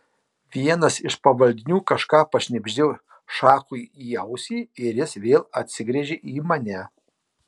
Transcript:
vienas iš pavaldinių kažką pašnibždėjo šachui į ausį ir jis vėl atsigręžė į mane